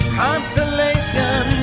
consolation